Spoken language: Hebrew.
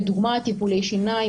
לדוגמה טיפולי שיניים,